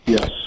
Yes